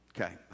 Okay